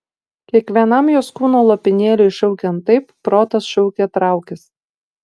kiekvienam jos kūno lopinėliui šaukiant taip protas šaukė traukis